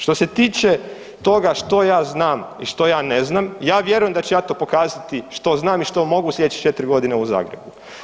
Što se tiče toga što ja znam i što ja ne znam, ja vjerujem da ću ja to pokazati što znam i što mogu u slijedećih 4.g. u Zagrebu.